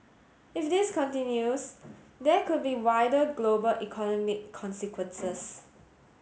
if this continues there could be wider global economic consequences